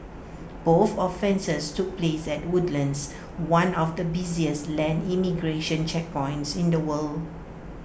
both offences took place at Woodlands one of the busiest land immigration checkpoints in the world